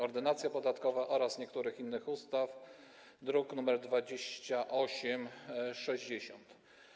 Ordynacja podatkowa oraz niektórych innych ustaw, druk nr 2860.